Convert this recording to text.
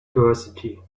curiosity